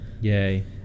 yay